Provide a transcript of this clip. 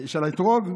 של האתרוג,